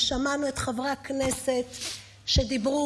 ושמענו את חברי הכנסת שדיברו,